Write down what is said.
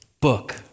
book